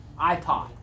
iPod